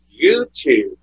YouTube